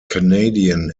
canadian